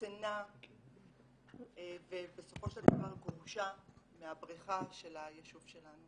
הוקטנה ובסופו של דבר גורשה מהבריכה של היישוב שלנו